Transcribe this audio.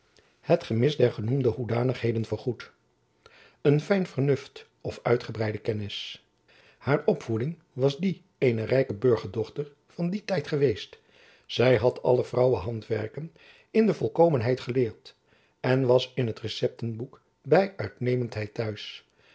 het gemis der genoemde hoedanigheden vergoedt een fijn vernuft of uitgebreide kennis haar opvoeding was die eener rijke burgerdochter van dien tijd geweest zy had alle vrouwen handwerken in de volkomenheid geleerd en was in het receptenboek by uitnemendheid t'huis